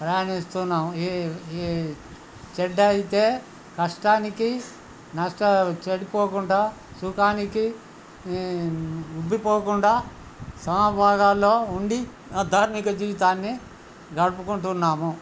ప్రయాణిస్తున్నాము ఈ ఈ చెడ్డ అయితే కష్టానికి చెడిపోకుండా సుఖానికి ఉబ్బిపోకుండా సమభాగాల్లో ఉండి ధార్మిక జీవితాన్ని గడుపుకుంటున్నాము